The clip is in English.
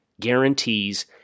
guarantees